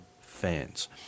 fans